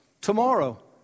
tomorrow